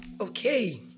okay